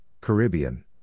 Caribbean